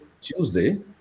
Tuesday